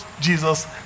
jesus